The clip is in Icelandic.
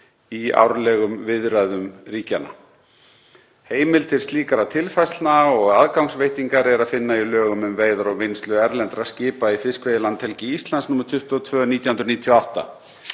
í árlegum viðræðum ríkjanna. Heimild til slíkra tilfærslna og aðgangsveitingar er að finna í lögum um veiðar og vinnslu erlendra skipa í fiskveiðilandhelgi Íslands nr. 22/1998.